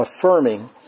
affirming